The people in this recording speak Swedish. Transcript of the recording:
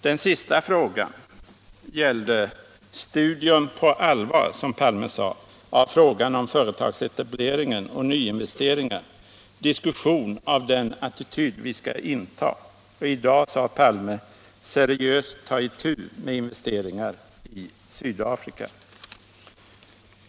Det sista gällde ”studium på allvar”, som herr Palme sade, av frågan om företagsetablering och nyinvesteringar i Sydafrika och diskussion av den attityd ”vi skall inta”. I dag sade herr Palme att vi måste ”seriöst ta itu” med investeringarna i Sydafrika.